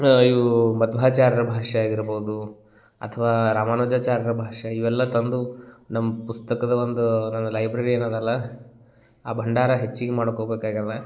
ಇವು ಮಧ್ವಾಚಾರ್ಯರ ಭಾಷ್ಯ ಆಗಿರ್ಬೋದು ಅಥವಾ ರಾಮಾನುಜಾಚಾರ್ಯರ ಭಾಷ್ಯ ಇವೆಲ್ಲ ತಂದು ನಮ್ಮ ಪುಸ್ತಕದ ಒಂದು ನನ್ನ ಲೈಬ್ರೆರಿ ಏನದಲ್ಲ ಆ ಭಂಡಾರ ಹೆಚ್ಚಿಗೆ ಮಾಡ್ಕೊಬೇಕಾಗ್ಯದೆ